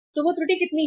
तो वह त्रुटि कितनी है